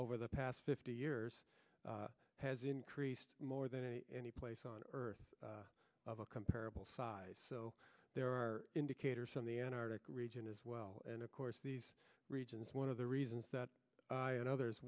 over the past fifty years has increased more than any place on earth of a comparable size so there are indicators on the antarctic region as well and of course these regions one of the reasons that i and others